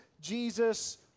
Jesus